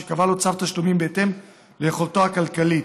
שיקבע לו צו תשלומים בהתאם ליכולתו הכלכלית.